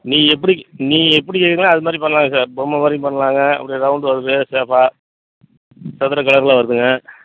நீங்கள் எப்படி நீங்கள் எப்படி கேட்குறீங்களோ அது மாதிரி பண்ணலாங்க சார் பொம்மை மாதிரி பண்ணலாங்க அப்படி ரௌண்டு வருது ஷேப்பாக சதுரக் கலரில் வருதுங்க